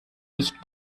nicht